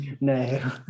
no